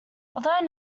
although